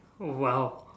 oh !wow!